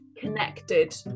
connected